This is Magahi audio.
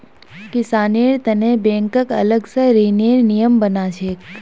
किसानेर तने बैंकक अलग स ऋनेर नियम बना छेक